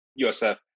USF